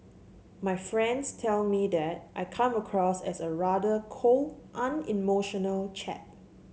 my friends tell me that I come across as a rather cold unemotional chap